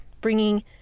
bringing